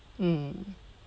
mm